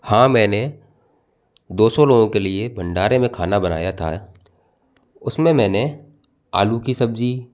हाँ मैंने दौ सौ लोगों के लिए भंडारे में खाना बनाया था उसमें मैंने आलू की सब्ज़ी